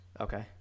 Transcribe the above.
Okay